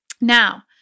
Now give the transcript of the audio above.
now